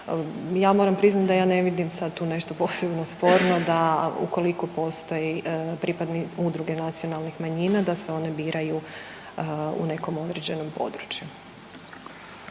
Ja moram priznati da ja ne vidim sad tu nešto posebno sporno da ukoliko postoji pripadnik udruge nacionalnih manjina, da se one biraju u nekom određenom području.